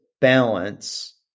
balance